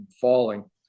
falling